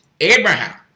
Abraham